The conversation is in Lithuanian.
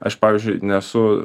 aš pavyzdžiui nesu